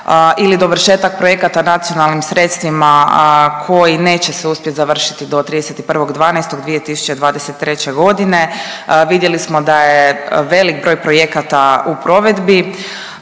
ili dovršetak projekata nacionalnim sredstvima koji neće se uspjeti završiti do 31.12.2023. g., vidjeli smo da je velik broj projekata u provedbi,